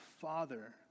father